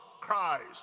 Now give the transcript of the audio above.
Christ